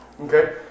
Okay